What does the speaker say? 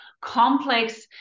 complex